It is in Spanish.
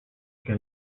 que